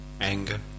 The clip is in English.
anger